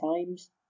times